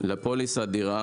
לפוליסת דירה